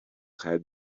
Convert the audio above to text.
had